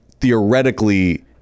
theoretically